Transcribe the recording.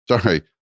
sorry